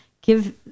give